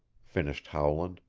finished howland,